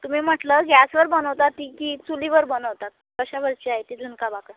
तुम्ही म्हटलं गॅसवर बनवता ती की चुलीवर बनवता कशावरची आहे ती झुणका भाकर